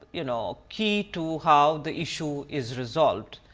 you know, key to how the issue is resolved.